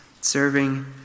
serving